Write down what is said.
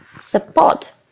Support